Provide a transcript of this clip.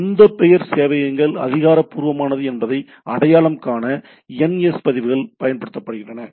எந்த பெயர் சேவையகங்கள் அதிகாரப்பூர்வமானது என்பதை அடையாளம் காண NS பதிவுகள் பயன்படுத்தப்படுகின்றன